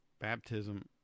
baptism